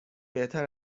بهتر